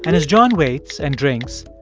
and as john waits and drinks,